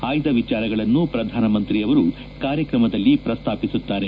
ಆಯ್ದ ವಿಚಾರಗಳನ್ನು ಪ್ರಧಾನಮಂತ್ರಿಯವರು ಕಾರ್ಕಕಮದಲ್ಲಿ ಪ್ರಸ್ತಾಪಿಸುತ್ತಾರೆ